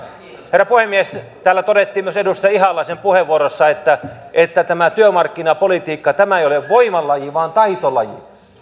herra puhemies täällä todettiin myös edustaja ihalaisen puheenvuorossa että että työmarkkinapolitiikka ei ole voimalaji vaan taitolaji